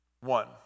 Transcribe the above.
one